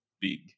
big